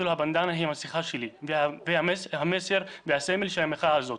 לו 'הבנדנה היא המסכה שלי והסמל של המחאה הזאת'.